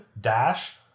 dash